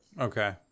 Okay